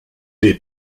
est